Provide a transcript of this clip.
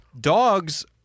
dogs